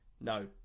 no